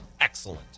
excellent